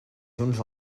junts